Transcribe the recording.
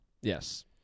Yes